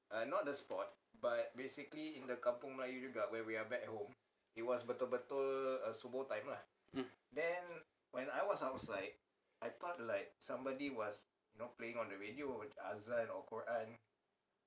mm